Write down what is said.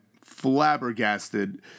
Flabbergasted